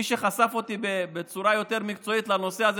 מי שחשף אותי בצורה יותר מקצועית לנושא הזה